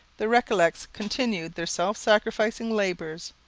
the recollets continued their self-sacrificing labours.